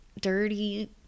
dirty